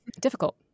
difficult